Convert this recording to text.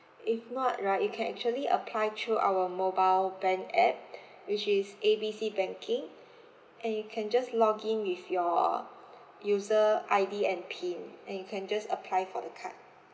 if not right you can actually apply through our mobile bank app which is A B C banking and you can just login with your user I_D and pin and you can just apply for the card